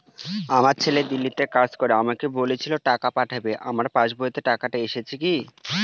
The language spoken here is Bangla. আমার ছেলে দিল্লীতে কাজ করে আমাকে বলেছিল টাকা পাঠাবে আমার পাসবইতে টাকাটা এসেছে কি?